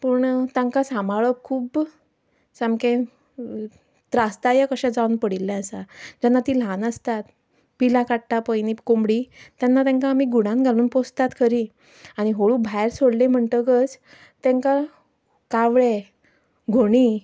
पूण तांकां सांबाळप खुब्ब सामकें त्रासदायक अशें जावन पडिल्ले आसा जेन्ना तीं ल्हान आसतात पिलां काडटा पळय न्ही कोमडी तेन्ना तांकां आमी घुडान घालून पोंसतात खरीं आनी हळू भायर सोडलीं म्हणटकच तांकां कावळे घोणी